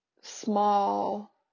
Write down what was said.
small